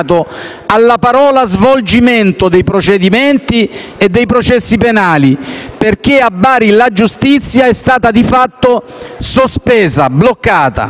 alla parola «svolgimento» dei procedimenti e processi penali, perché a Bari la giustizia è stata di fatto sospesa, bloccata,